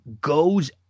goes